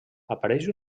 apareix